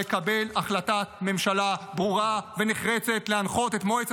לקבל החלטת ממשלה ברורה ונחרצת להנחות את מועצת